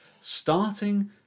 starting